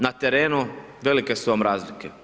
Na terenu, velike su vam razlike.